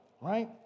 Right